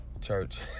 church